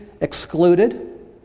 excluded